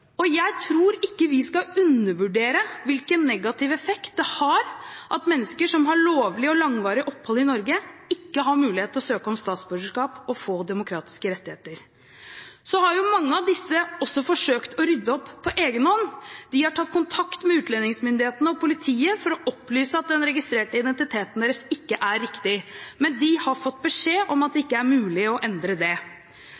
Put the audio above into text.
og jeg tror ikke vi skal undervurdere hvilken negativ effekt det har at mennesker som har lovlig og langvarig opphold i Norge, ikke har mulighet til å søke om statsborgerskap og få demokratiske rettigheter. Så har jo mange av disse forsøkt å rydde opp på egen hånd. De har tatt kontakt med utlendingsmyndighetene og politiet for å opplyse at den registrerte identiteten deres ikke er riktig, men de har fått beskjed om at det